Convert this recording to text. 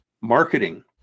marketing